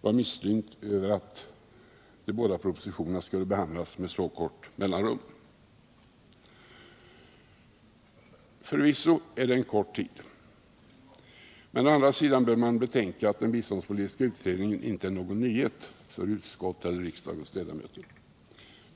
var misslynt över att de båda propositionerna skulle behandlas med så kort mellanrum. Förvisso är det en kort tid, men å andra sidan bör man betänka att den biståndspolitiska utredningen inte är någon nyhet för utskottets eller riksdagens ledamöter.